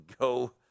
go